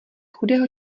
chudého